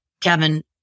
Kevin